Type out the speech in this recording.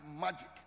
magic